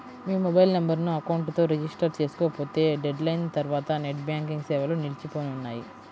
మీ mobile నెంబర్ను account తో register చేసుకోకపోతే డెడ్ లైన్ తర్వాత నెట్ బ్యాంకింగ్ సేవలు నిలిచిపోనున్నాయి